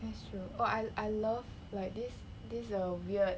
that's true orh I I love like this this err weird